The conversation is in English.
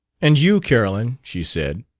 and you, carolyn, she said,